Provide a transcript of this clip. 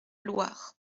loir